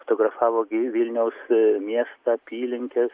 fotografavo gi vilniaus miestą apylinkes